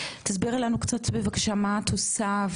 תסבירי לנו קצת בבקשה מה את עושה?